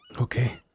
Okay